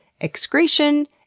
excretion